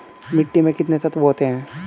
मिट्टी में कितने तत्व होते हैं?